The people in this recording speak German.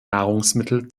nahrungsmittel